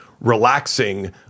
relaxing